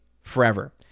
forever